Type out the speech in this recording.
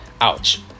ouch